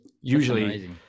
usually